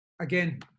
again